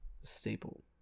Staple